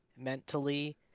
mentally